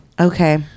Okay